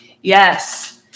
yes